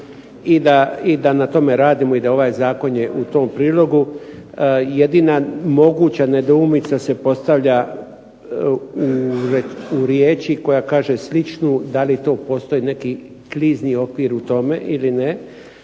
i da na tome radimo i da ovaj zakon je u tom prilogu. Jedina moguća nedoumica se postavlja u riječi koja kaže sličnu. Da li tu postoji neki klizni opir u tome ili ne,